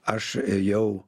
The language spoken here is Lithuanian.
aš ėjau